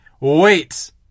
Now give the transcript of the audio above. Wait